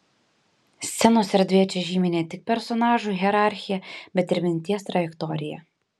scenos erdvė čia žymi ne tik personažų hierarchiją bet ir minties trajektoriją